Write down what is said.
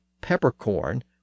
peppercorn